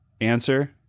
Answer